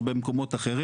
בעקבות מידע חדש,